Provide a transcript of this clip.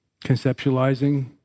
conceptualizing